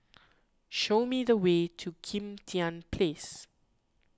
show me the way to Kim Tian Place